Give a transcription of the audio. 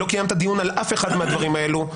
לא קיימת דיון על אף אחד מהדברים האלה.